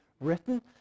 written